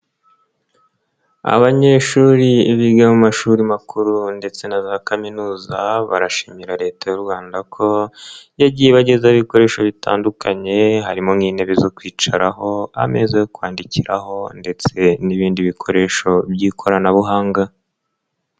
Abanyeshuri biga mu mashuri makuru ndetse na za Kaminuza, barashimira Leta y'u Rwanda ko yagiye ibagezaho ibikoresho bitandukanye harimo n'intebe zo kwicaraho, ameza yo kwandikiraho ndetse n'ibindi bikoresho by'ikoranabuhanga.